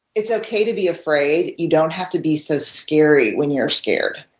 it's okay to be afraid. you don't have to be so scary when you're scared.